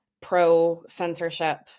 pro-censorship